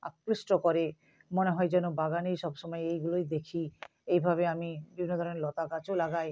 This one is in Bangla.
আকৃষ্ট করে মনে হয় যেন বাগানেই সব সময় এইগুলোই দেখি এইভাবে আমি বিভিন্ন ধরনের লতা গাছও লাগাই